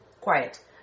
Quiet